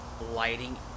lighting